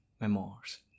memoirs